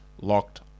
locked